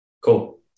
Cool